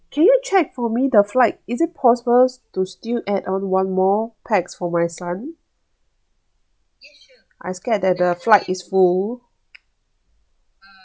can you check for me the flight is it possible to still add on one more pax for my son I scared that the flight is full